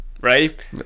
right